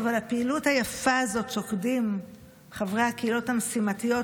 על הפעילות היפה הזאת שוקדים חברי הקהילות המשימתיות,